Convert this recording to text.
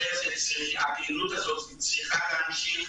הפעילות הזאת צריכה להמשיך.